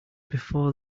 before